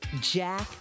Jack